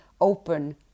open